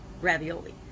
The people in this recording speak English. ravioli